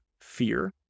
fear